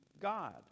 God